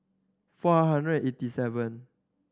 four hundred eighty seven